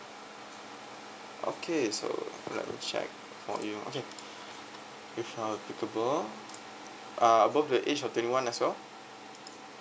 okay so let me check for you okay you are eligible uh above the age of twenty one as well